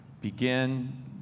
begin